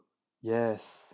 yes